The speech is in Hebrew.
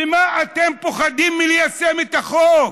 למה אתם פוחדים ליישם את החוק?